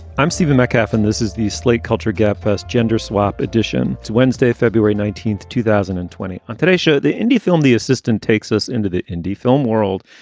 i'm stephen metcalf and this is the slate culture gabfest gender swap edition. it's wednesday, february nineteenth, two thousand and twenty. on today's show, the indie film the assistant takes us into the indie film world,